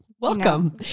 Welcome